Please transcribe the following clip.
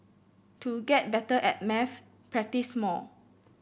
to get better at maths practise more